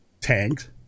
tanked